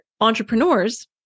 entrepreneurs